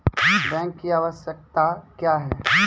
Bank की आवश्यकता क्या हैं?